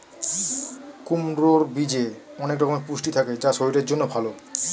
কুমড়োর বীজে অনেক রকমের পুষ্টি থাকে যা শরীরের জন্য ভালো